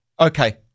Okay